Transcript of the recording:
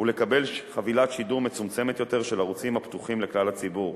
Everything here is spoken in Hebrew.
לקבל חבילת שידור מצומצמת יותר של ערוצים הפתוחים לכלל הציבור,